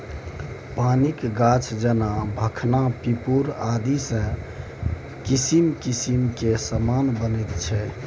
पानिक गाछ जेना भखना पिपुर आदिसँ किसिम किसिम केर समान बनैत छै